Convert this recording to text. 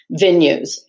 venues